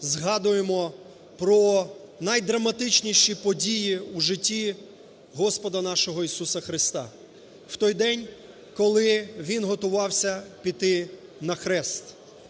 згадуємо про найдраматичніші події у житті Господа нашого Ісуса Христа. В той день, коли він готувався піти на Хрест.